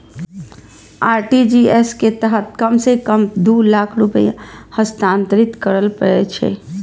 RTGS के तहत कम सं कम दू लाख रुपैया हस्तांतरित करय पड़ै छै